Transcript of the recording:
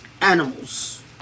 animals